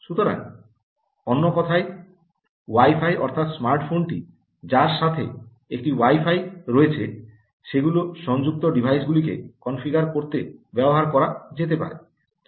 সুতরাং অন্য কথায় ওয়াই ফাই অর্থাৎ স্মার্টফোনটি যার সাথে একটি ওয়াই ফাই রয়েছে সেগুলি সংযুক্ত ডিভাইসগুলিকে কনফিগার করতে ব্যবহার করা যেতে পারে